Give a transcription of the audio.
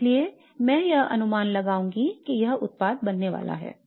इसलिए मैं यह अनुमान लगाऊंगा कि यह उत्पाद बनने वाला है